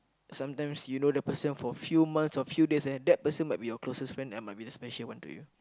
sometimes you know the person for few months or few days and that person might be your closest friend and might be the special one to you